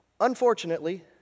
Unfortunately